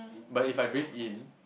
but if I breathe in